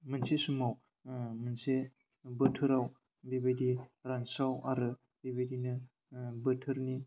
मोनसे समाव मोनसे बोथोराव बेबायदि रानस्राव आरो बेबायदिनो बोथोरनि